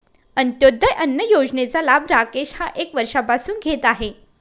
अंत्योदय अन्न योजनेचा लाभ राकेश हा एक वर्षापासून घेत आहे